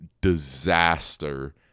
disaster